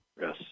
Yes